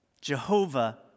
Jehovah